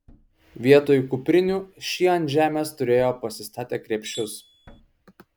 vietoj kuprinių šie ant žemės turėjo pasistatę krepšius